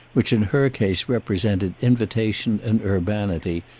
which in her case represented invitation and urbanity,